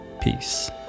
Peace